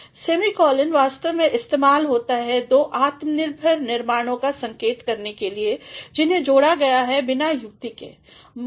semicolon वास्तव में इस्तेमाल होता है दो आत्मनिर्भर निर्माणों कासंकेत करने के लिए जिन्हें जोड़ा गया है बिनायुतिके